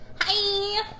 Hi